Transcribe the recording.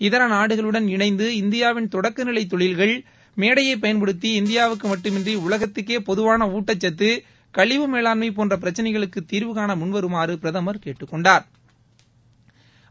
இதர நாடுகளுடன் இணைந்து இந்தியாவின் தொடக்க நிலை தொழில்கள் மேடையை பயன்படுத்தி இந்தியாவுக்கு மட்டுமின்றி உலகத்துக்கே பொதுவான ஊட்டச்சத்து கழிவு மேலாண்மை போன்ற பிரச்சினைகளுக்கு தீர்வுகாண முன் வருமாறு பிரதமர் கேட்டுக்கொண்டாா்